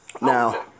Now